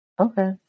okay